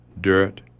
dirt